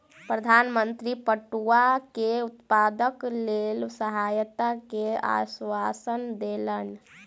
प्रधान मंत्री पटुआ के उत्पादनक लेल सहायता के आश्वासन देलैन